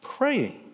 praying